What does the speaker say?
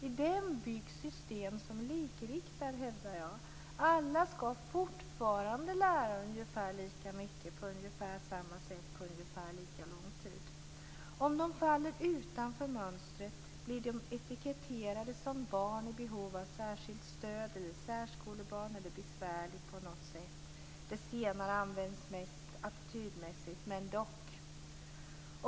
I den byggs system som likriktar, hävdar jag. Alla ska fortfarande lära ungefär lika mycket på ungefär samma sätt och på ungefär lika lång tid. Om de faller utanför mönstret blir de etiketterade som barn i behov av särskilt stöd, som särskolebarn eller som barn som är besvärliga på något sätt. Det senare används mest attitydmässigt, men dock.